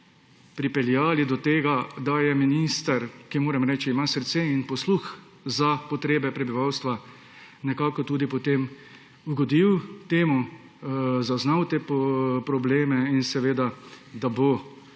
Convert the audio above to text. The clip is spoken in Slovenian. pripeljali do tega, da je minister, ki moram reči, ima srce in posluh za potrebe prebivalstva, ugodil temu, zaznal te probleme in se bo